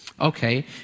Okay